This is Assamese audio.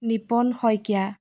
নিপন শইকীয়া